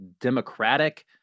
democratic